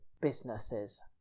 businesses